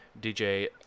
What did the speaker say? DJ